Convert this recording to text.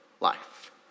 life